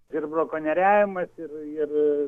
ir brakonieriavimas ir ir